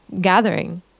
gathering